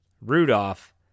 Rudolph